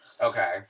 Okay